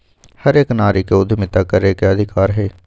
हर एक नारी के उद्यमिता करे के अधिकार हई